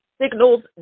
signals